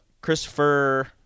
Christopher